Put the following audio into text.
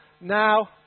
Now